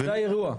זה האירוע.